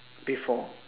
before